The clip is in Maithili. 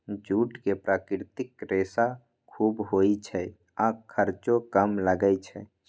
जूट मे प्राकृतिक रेशा खूब होइ छै आ खर्चो कम लागै छै